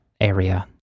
area